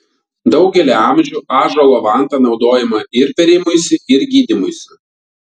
daugelį amžių ąžuolo vanta naudojama ir pėrimuisi ir gydymuisi